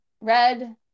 red